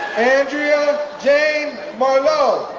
andrea jane marlow,